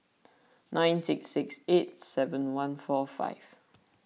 nine six six eight seven one four five